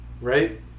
right